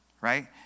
right